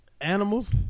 animals